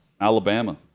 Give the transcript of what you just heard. Alabama